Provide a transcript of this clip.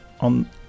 on